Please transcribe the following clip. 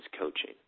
coaching